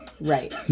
Right